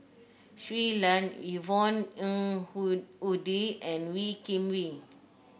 Shui Lan Yvonne Ng Uhde and Wee Kim Wee